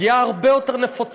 הפגיעה שהיא הרבה יותר נפוצה,